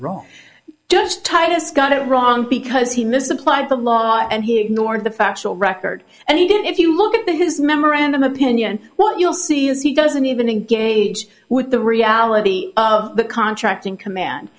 wrong just titus got it wrong because he misapplied the law and he ignored the factual record and he didn't if you look at the his memorandum opinion what you'll see is he doesn't even a gauge with the reality of the contracting command